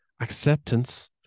Acceptance